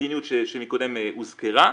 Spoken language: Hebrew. והמדיניות שקודם הוזכרה,